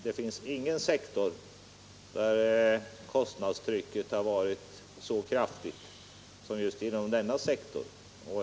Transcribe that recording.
Det finns ingen sektor där kostnadstrycket varit så kraftigt som just inom försvaret.